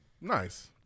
Nice